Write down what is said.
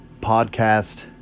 podcast